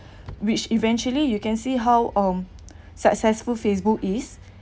which eventually you can see how um successful Facebook is